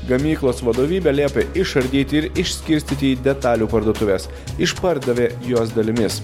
gamyklos vadovybė liepė išardyt ir išskirstyti į detalių parduotuves išpardavė juos dalimis